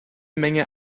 menge